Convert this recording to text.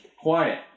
quiet